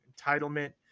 entitlement